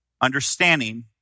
understanding